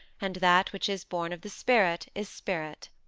and that which is born of the spirit is spirit.